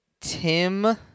Tim